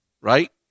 right